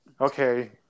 Okay